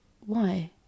Why